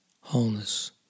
wholeness